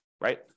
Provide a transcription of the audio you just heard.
Right